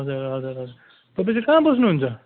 हजुर हजुर हजुर तपाईँ चाहिँ कहाँ बस्नुहुन्छ